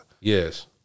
Yes